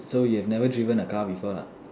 so you've never driven a car before lah